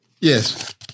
Yes